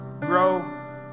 grow